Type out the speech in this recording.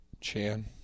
Chan